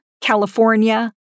California